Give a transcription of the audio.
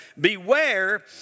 Beware